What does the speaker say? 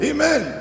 Amen